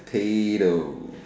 tattoos